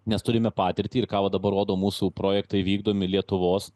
mes turime patirtį ir ką va dabar rodo mūsų projektai vykdomi lietuvos